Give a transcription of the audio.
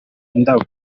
indabo